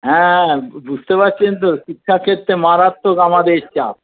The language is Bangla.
হ্যাঁ বুঝতে পারছেন তো শিক্ষাক্ষেত্রে মারাত্মক আমাদের চাপ